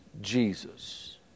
Jesus